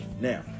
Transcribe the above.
now